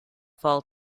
fall